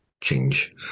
change